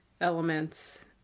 elements